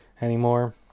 anymore